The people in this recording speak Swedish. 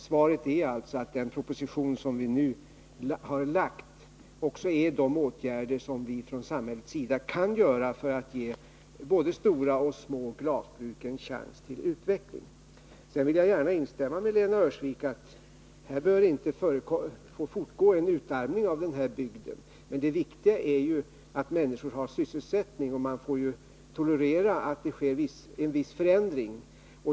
Svaret är alltså att den proposition som vi nu lagt fram innehåller förslag till de åtgärder som vi från samhällets sida kan vidta för att ge både de stora och de små glasbruken en chans till utveckling. Sedan vill jag gärna instämma med Lena Öhrsvik när hon säger att utarmningen av den här bygden inte bör få fortgå. Men det viktiga är ju att människor har sysselsättning. Man får tolerera att det sker en viss förändring.